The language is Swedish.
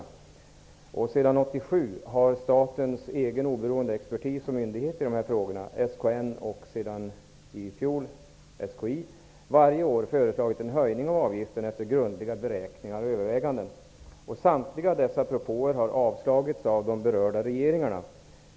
Sedan 1987 har statens egen oberoende expertis och myndigheter i de här frågorna, SKN och sedan i fjol SKI, varje år föreslagit en höjning av avgiften efter grundliga beräkningar och överväganden. Samtliga dessa propåer har avslagits av de berörda regeringarna.